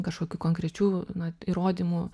kažkokių konkrečių na įrodymų